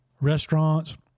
restaurants